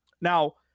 Now